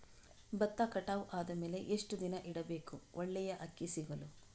ಭತ್ತ ಕಟಾವು ಆದಮೇಲೆ ಎಷ್ಟು ದಿನ ಇಡಬೇಕು ಒಳ್ಳೆಯ ಅಕ್ಕಿ ಸಿಗಲು?